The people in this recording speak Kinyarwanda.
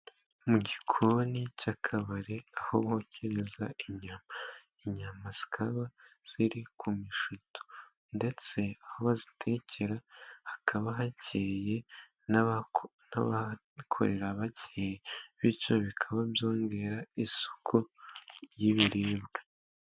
Mu gikoni cy'akabari aho bokereza inyama, inyama zikaba ziri ku mishuto ndetse aho bazitekera, hakaba hakeye n''abahakorera bakeye, bityo bikaba byongera isuku y'ibiribwa.